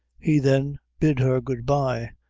he then bid her good-bye,